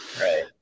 right